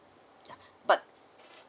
yeah but